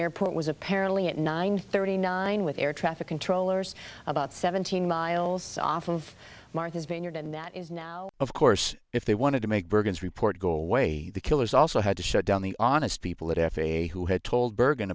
airport was apparently at nine thirty nine with air traffic controllers about seventeen miles off of martha's vineyard and that is now of course if they wanted to make bergen's report go away the killers also had to shut down the honest people at f a a who had told bergen